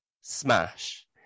smash